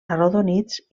arrodonits